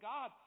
God